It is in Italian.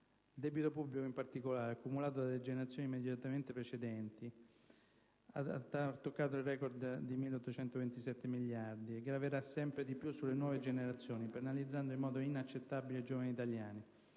Il debito pubblico, in particolare, accumulato dalle generazioni immediatamente precedenti, ha toccato il record di 1.827 miliardi e graverà sempre di più sulle nuove generazioni, penalizzando in modo inaccettabile i giovani italiani: